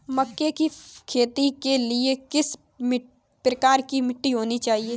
मक्के की खेती के लिए किस प्रकार की मिट्टी होनी चाहिए?